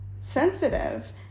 sensitive